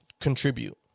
contribute